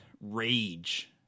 rage